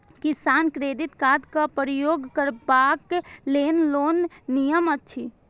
किसान credit card क प्रयोग करबाक लेल कोन नियम अछि?